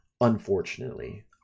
unfortunately